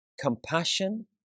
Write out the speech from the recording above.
compassion